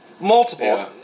multiple